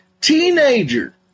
Teenager